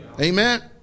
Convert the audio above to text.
Amen